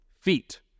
feet